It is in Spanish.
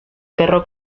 perro